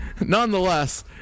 nonetheless